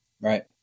right